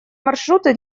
маршруты